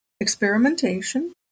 experimentation